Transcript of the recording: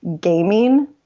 gaming